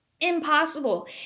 impossible